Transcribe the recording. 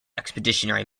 expeditionary